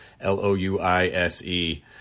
L-O-U-I-S-E